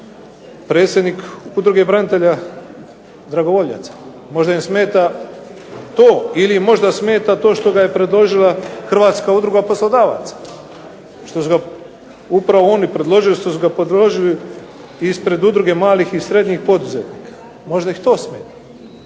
predsjednik Udruge branitelja dragovoljaca, možda im smeta to ili možda smeta to što ga je predložila Hrvatska udruga poslodavaca, što su ga upravo oni predložili, što su ga predložili ispred Udruge malih i srednjih poduzetnika. Možda ih to smeta?